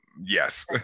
yes